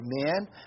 Amen